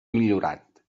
millorat